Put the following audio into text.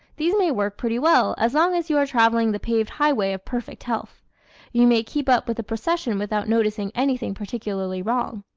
these may work pretty well as long as you are traveling the paved highway of perfect health you may keep up with the procession without noticing anything particularly wrong.